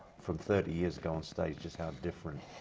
from thirty years ago on stage just how different,